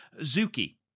Zuki